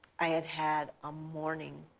i had had a morning,